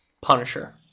Punisher